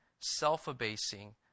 self-abasing